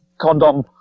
condom